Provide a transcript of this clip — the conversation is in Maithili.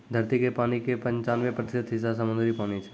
धरती के पानी के पंचानवे प्रतिशत हिस्सा समुद्री पानी छै